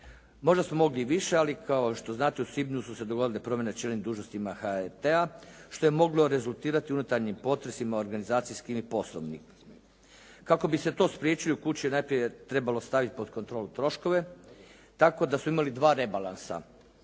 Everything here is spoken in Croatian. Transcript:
Možda smo mogli i više, ali kao što znate, u svibnju su se dogodile promjene u čelnim dužnostima HRT-a, što je moglo rezultirati unutarnjim potresima, organizacijskim i poslovnim. Kako bi se to spriječilo, u kući je najprije trebalo staviti pod kontrolu troškove tako da su imali 2 rebalansa